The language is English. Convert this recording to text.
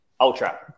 Ultra